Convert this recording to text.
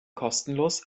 kostenlos